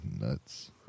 nuts